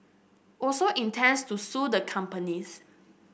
also intends to sue the companies